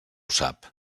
sap